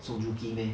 song joo ki meh